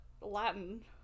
Latin